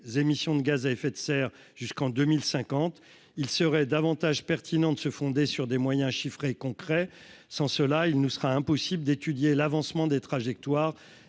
émissions de gaz à effet de serre jusqu'en 2050, il serait davantage pertinent de se fonder sur des moyens chiffrés, concrets, sans cela, il nous sera impossible d'étudier l'avancement des trajectoires,